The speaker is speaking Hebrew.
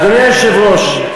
אדוני היושב-ראש,